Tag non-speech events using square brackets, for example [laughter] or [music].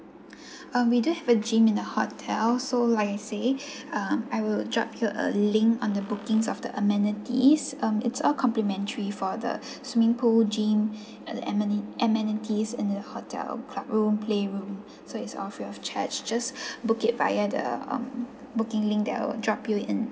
[breath] um we do have a gym in the hotel so like I said [breath] um I will drop you a link on the bookings of the amenities um it's all complimentary for the [breath] swimming pool gym [breath] uh ameni~ amenities and the hotel club room play room [breath] so it's all free of charge just [breath] book it by uh the um booking link that I'll drop you in